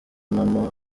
impamo